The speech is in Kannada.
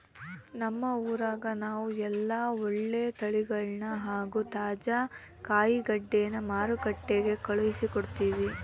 ನಮ್ಮ ಊರಗ ನಾವು ಎಲ್ಲ ಒಳ್ಳೆ ತಳಿಗಳನ್ನ ಹಾಗೂ ತಾಜಾ ಕಾಯಿಗಡ್ಡೆನ ಮಾರುಕಟ್ಟಿಗೆ ಕಳುಹಿಸಿಕೊಡ್ತಿವಿ